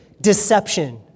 deception